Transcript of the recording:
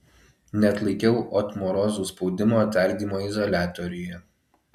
neatlaikiau otmorozų spaudimo tardymo izoliatoriuje